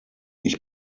ich